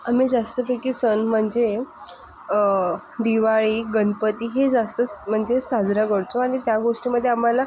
आम्ही जास्तपैकी सण म्हणजे दिवाळी गणपती हे जास्त स् म्हणजे साजरा करतो आणि त्या गोष्टीमध्ये आम्हाला